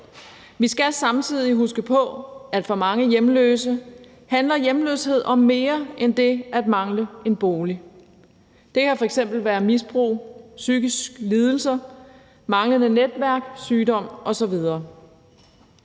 Vi skal samtidig huske på, at for mange hjemløse handler hjemløshed om mere end det at mangle en bolig. Det kan f.eks. være misbrug, psykiske lidelser, manglende netværk, sygdom osv.